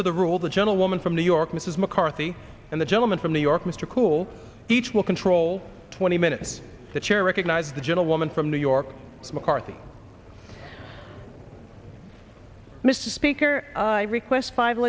to the rule of the gentlewoman from new york mrs mccarthy and the gentleman from new york mr cool each will control twenty minutes the chair recognizes the gentlewoman from new york mccarthy mr speaker i request five